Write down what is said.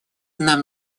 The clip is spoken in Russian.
нам